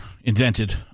invented